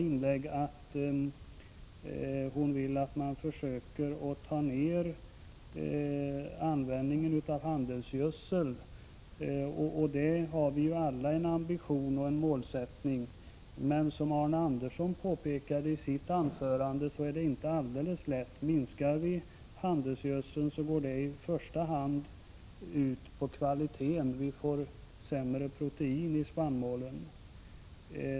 Grethe Lundblad vill att man försöker minska användningen av handelsgödsel, och det har vi ju alla som ambition och målsättning. Men som Arne Andersson i Ljung påpekade i sitt anförande är det inte helt lätt. Minskar vi handelsgödseln går det i första hand ut över kvaliteten. Vi får sämre protein i spannmålen.